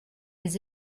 les